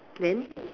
then